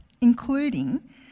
including